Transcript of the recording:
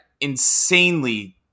insanely